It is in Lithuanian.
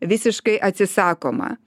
visiškai atsisakoma